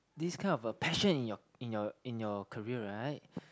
this kind of a passion in your in your in your career right